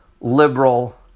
liberal